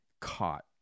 caught